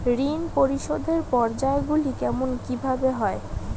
ঋণ পরিশোধের পর্যায়গুলি কেমন কিভাবে হয়?